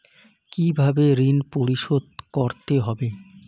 কিভাবে ঋণ পরিশোধ করতে হবে?